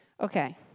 Okay